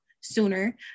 sooner